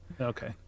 okay